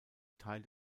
teil